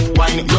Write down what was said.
wine